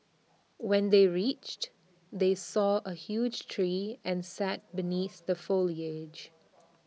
when they reached they saw A huge tree and sat beneath the foliage